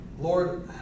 Lord